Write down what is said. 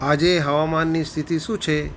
આજે હવામાનની સ્થિતિ શું છે